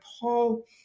Paul